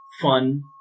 Fun